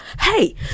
Hey